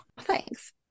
Thanks